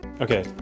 Okay